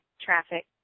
traffic